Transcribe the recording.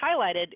highlighted